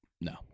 no